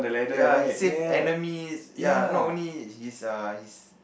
ya he saved enemies ya not only his err his